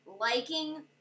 liking